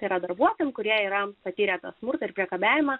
ir darbuotojams kurie yra patiriamą smurtą ir priekabiavimą